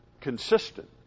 consistent